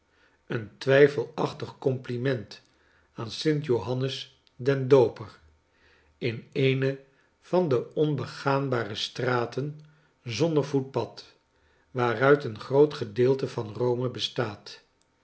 een twijfelachtig compliment aan sint johannes den dooper in eene van de onbegaanbare straten zonder voetpad waaruit een groot gedeelte van rome bestaat